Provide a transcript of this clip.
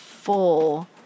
full